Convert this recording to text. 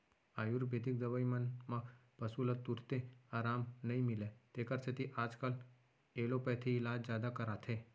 आयुरबेदिक दवई मन म पसु ल तुरते अराम नई मिलय तेकर सेती आजकाल एलोपैथी इलाज जादा कराथें